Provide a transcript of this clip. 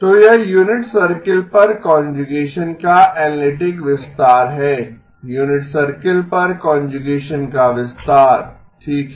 तो यह unit circle पर कांजुगेसन का एनालिटिक विस्तार है यूनिट सर्कल पर कांजुगेसन का विस्तार ठीक है